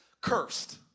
cursed